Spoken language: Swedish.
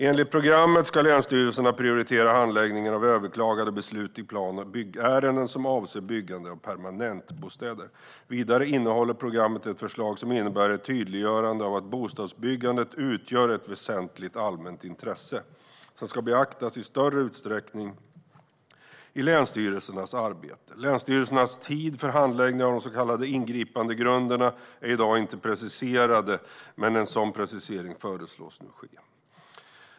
Enligt programmet ska länsstyrelserna prioritera handläggningen av överklagade beslut i plan och byggärenden som avser byggande av permanentbostäder. Vidare innehåller programmet ett förslag som innebär ett tydliggörande av att bostadsbyggandet utgör ett väsentligt allmänt intresse som ska beaktas i större utsträckning i länsstyrelsernas arbete. Länsstyrelsernas tid för handläggning av de så kallade ingripandegrunderna är i dag inte preciserad, men en sådan precisering föreslås nu ske.